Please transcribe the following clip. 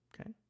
Okay